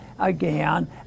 again